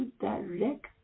direct